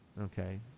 Okay